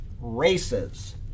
races